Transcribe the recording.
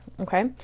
Okay